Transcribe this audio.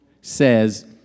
says